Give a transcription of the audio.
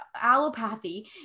allopathy